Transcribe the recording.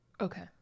okay